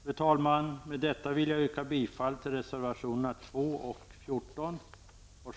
Fru talman! Med detta vill jag yrka bifall till reservationerna 2 och 14.